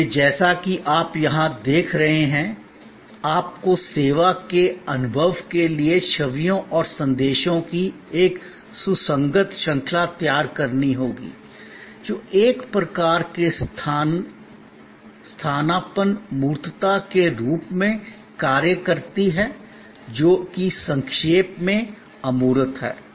इसलिए जैसा कि आप यहां देख रहे हैं आपको सेवा के अनुभव के लिए छवियों और संदेशों की एक सुसंगत श्रृंखला तैयार करनी होगी जो एक प्रकार के स्थानापन्न मूर्तता के रूप में कार्य करती है जो कि संक्षेप में अमूर्त है